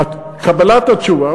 קבלת התשובה.